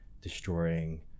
destroying